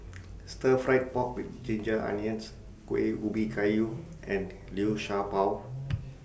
Stir Fried Pork with Ginger Onions Kueh Ubi Kayu and Liu Sha Bao